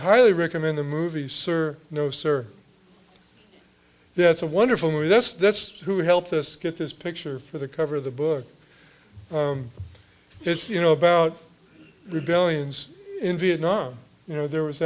highly recommend the movie sir no sir that's a wonderful movie that's that's who helped us get this picture for the cover of the book it's you know about rebellions in vietnam you know there was